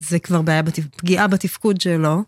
זו כבר פגיעה בתפקוד שלו.